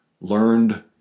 learned